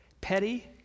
petty